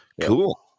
Cool